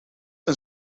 een